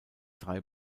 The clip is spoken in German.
drei